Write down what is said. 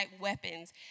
weapons